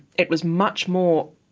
it was much more.